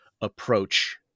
approach